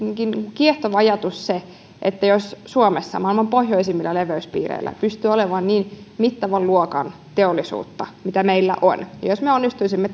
onkin kiehtova ajatus se että jos suomessa maailman pohjoisimmilla leveyspiireillä pystyy olemaan niin mittavan luokan teollisuutta kuin meillä on niin jos me onnistuisimme